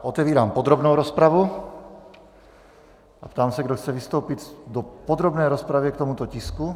Otevírám podrobnou rozpravu a ptám se, kdo chce vystoupit v podrobné rozpravě k tomuto tisku.